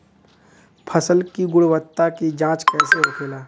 फसल की गुणवत्ता की जांच कैसे होखेला?